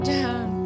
down